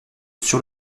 sur